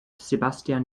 sebastian